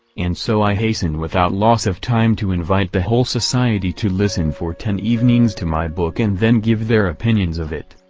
and so i hasten without loss of time to invite the whole society to listen for ten evenings to my book and then give their opinions of it.